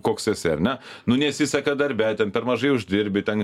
koks esi ar ne nu nesiseka darbe ten per mažai uždirbi ten